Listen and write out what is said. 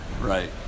Right